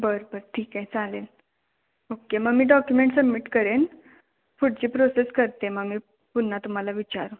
बर बर ठीक आहे चालेल ओक्के मग मी डॉक्युमेंट सबमिट करेन पुडची प्रोसेस करते मग मी पुन्हा तुम्हाला विचारून